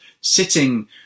sitting